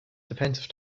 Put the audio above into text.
defensive